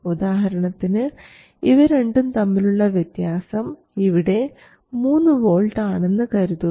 ഉദാഹരണത്തിന് ഇവ രണ്ടും തമ്മിലുള്ള വ്യത്യാസം ഇവിടെ 3 വോൾട്ട് ആണെന്ന് കരുതുക